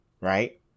right